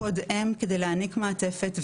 קוד M כדי להעניק מעטפת,